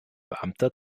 beamter